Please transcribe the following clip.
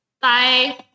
Bye